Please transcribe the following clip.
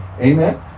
Amen